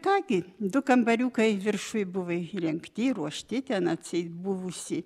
ką gi du kambariukai viršuj buvo įrengti ruošti ten atseit buvusi